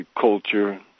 Culture